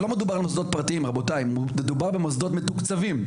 זה לא מדובר על מוסדות פרטיים רבותיי מדובר במוסדות מתוקצבים,